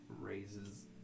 raises